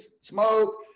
smoke